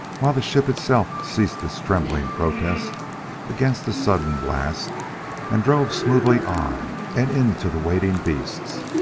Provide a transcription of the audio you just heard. while the ship itself ceased its trembling protest against the sudden blast and drove smoothly on and into the waiting beasts.